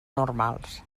normals